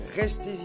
restez